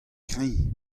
kreñv